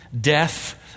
death